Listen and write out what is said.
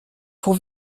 pour